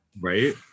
Right